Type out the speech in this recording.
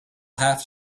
have